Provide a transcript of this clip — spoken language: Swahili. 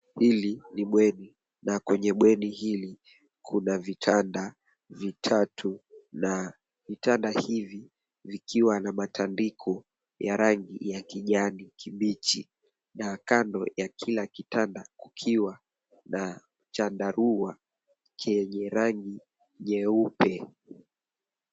Hili ni bweni na kwenye bweni hili kuna vitanda vitatu na vitanda hivi vikiwa na matandiko ya rangi ya kijani kibichi na kando ya kila kitanda kukuwa na chandarua kenye rangi nyeupe.